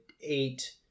eight